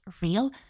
real